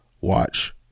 watch